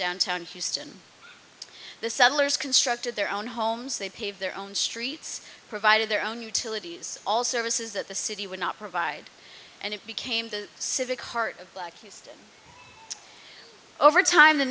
downtown houston the settlers constructed their own homes they pave their own streets provided their own utilities all services that the city would not provide and it became the civic heart of blacklisting over time the